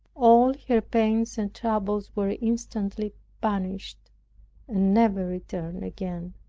all her pains and troubles were instantly banished and never returned again.